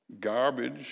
garbage